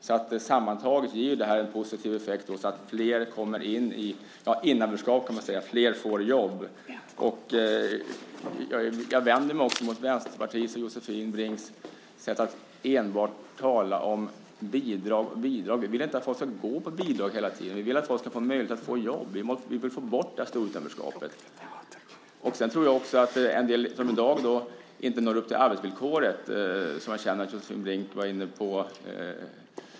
Sammantaget ger det här en positiv effekt, så att flera kommer in i innanförskap, kan man säga. Flera får jobb. Jag vänder mig också mot Vänsterpartiets och Josefin Brinks sätt att tala om bidrag och bidrag. Vi vill inte att folk ska gå på bidrag hela tiden. Vi vill att folk ska få en möjlighet att få jobb. Vi vill få bort det stora utanförskapet. Jag kände att Josefin Brink var inne på det här med att en del i dag inte når upp till arbetsvillkoret.